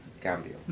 cambio